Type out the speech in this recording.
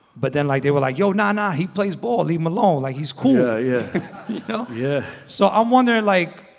but then like they were, like, yo, no, no, he plays ball. leave him alone, like, he's cool, you yeah know yeah so i'm wondering like,